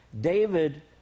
David